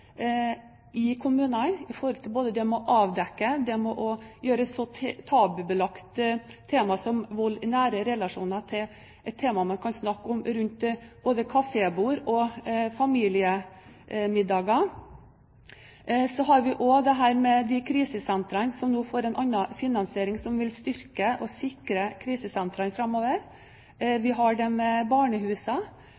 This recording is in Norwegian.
i kommunene når det gjelder både det å avdekke og det å gjøre så tabubelagte tema som vold i nære relasjoner til et tema man kan snakke om både rundt kafébord og i familiemiddager. Så har vi krisesentrene, som nå får en annen finansiering, som vil styrke og sikre dem framover.